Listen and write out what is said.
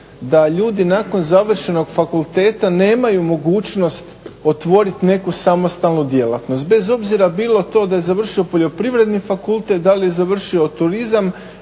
da ljudi nakon završenog fakulteta nemaju mogućnost otvorit neku samostalnu djelatnost, bez obzira bilo to da je završio Poljoprivredni fakultet, da li je završio turizam,